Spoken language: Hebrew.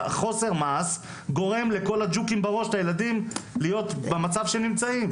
החוסר מעש גורם לכל הג'וקים בראש לילדים להיות במצב שהם נמצאים.